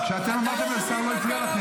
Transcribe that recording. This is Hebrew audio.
אתה לא מבין מה קרה פה?